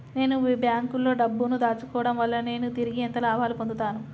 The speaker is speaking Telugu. నేను మీ బ్యాంకులో డబ్బు ను దాచుకోవటం వల్ల నేను తిరిగి ఎంత లాభాలు పొందుతాను?